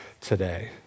today